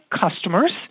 customers